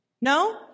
No